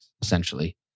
essentially